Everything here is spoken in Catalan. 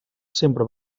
sempre